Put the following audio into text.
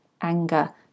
anger